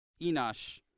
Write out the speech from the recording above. Enosh